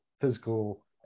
physical